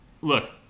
look